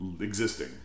existing